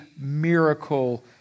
miracle